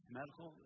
medical